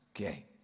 Okay